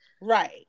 Right